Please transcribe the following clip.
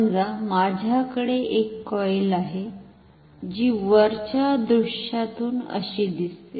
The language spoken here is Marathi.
समजा माझ्याकडे एक कॉइल आहे जी वरच्या दृश्यातून अशी दिसते